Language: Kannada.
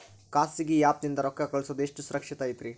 ಖಾಸಗಿ ಆ್ಯಪ್ ನಿಂದ ರೊಕ್ಕ ಕಳ್ಸೋದು ಎಷ್ಟ ಸುರಕ್ಷತಾ ಐತ್ರಿ?